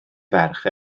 ferch